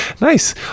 Nice